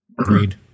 Agreed